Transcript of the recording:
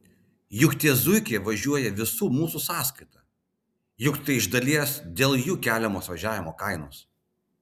juk tie zuikiai važiuoja visų mūsų sąskaita juk tai iš dalies dėl jų keliamos važiavimo kainos